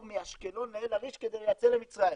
מאשקלון לאל עריש כדי לייצא למצרים.